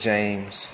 James